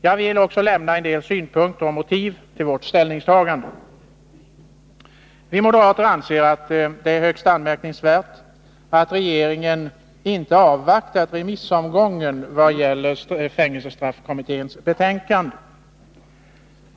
Jag vill också framföra en del synpunkter och motiv när det gäller vårt ställningstagande. Vi moderater anser att det är högst anmärkningsvärt att regeringen inte har avvaktat remissomgången i vad gäller fängelsestraffkommitténs betänkande.